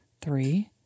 three